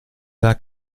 der